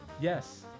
Yes